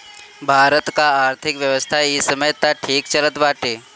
भारत कअ आर्थिक व्यवस्था इ समय तअ ठीक चलत बाटे